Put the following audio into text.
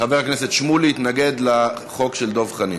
חבר הכנסת שמולי יתנגד לחוק של דב חנין.